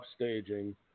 upstaging